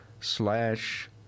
slash